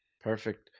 Perfect